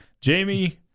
Jamie